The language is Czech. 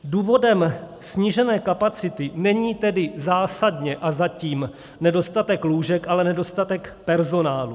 Důvodem snížené kapacity není tedy zásadně a zatím nedostatek lůžek, ale nedostatek personálu.